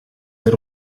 elle